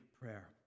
prayer